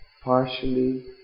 partially